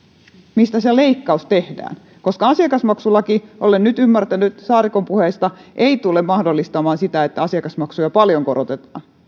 mistä se leikkaus tehdään koska asiakasmaksulaki olen nyt ymmärtänyt saarikon puheista ei tule mahdollistamaan sitä että asiakasmaksuja paljon korotetaan